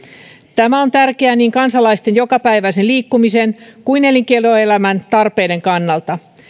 tämä on tärkeää niin kansalaisten jokapäiväisen liikkumisen kuin elinkeinoelämän tarpeiden kannalta